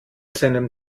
seinem